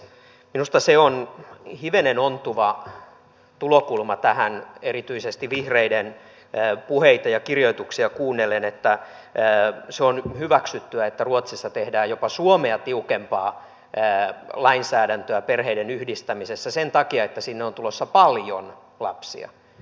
minusta on hivenen ontuva tulokulma tähän erityisesti vihreiden puheita ja kirjoituksia kuunnellen se että se on hyväksyttyä että ruotsissa tehdään jopa suomea tiukempaa lainsäädäntöä perheidenyhdistämisessä sen takia että sinne on tulossa paljon lapsia